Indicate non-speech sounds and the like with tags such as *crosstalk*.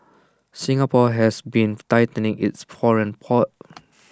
Singapore has been tightening its *unintelligible* poor